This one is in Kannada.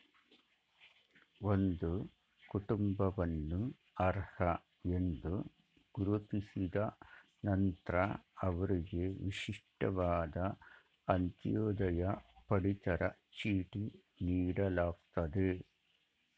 ಒಂದು ಕುಟುಂಬವನ್ನು ಅರ್ಹ ಎಂದು ಗುರುತಿಸಿದ ನಂತ್ರ ಅವ್ರಿಗೆ ವಿಶಿಷ್ಟವಾದ ಅಂತ್ಯೋದಯ ಪಡಿತರ ಚೀಟಿ ನೀಡಲಾಗ್ತದೆ